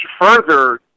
further